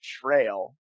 trail